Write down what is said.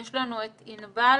יש לנו את ענבל